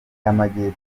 y’amajyepfo